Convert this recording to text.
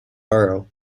borough